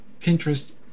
Pinterest